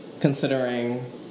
considering